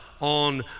on